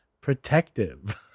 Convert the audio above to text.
protective